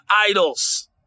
idols